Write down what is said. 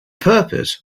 purpose